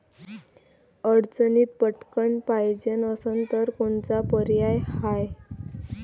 अडचणीत पटकण पायजे असन तर कोनचा पर्याय हाय?